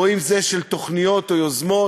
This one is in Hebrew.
או אם של תוכניות או יוזמות.